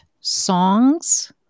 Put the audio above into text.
songs